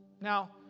Now